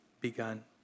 begun